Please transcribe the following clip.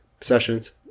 Sessions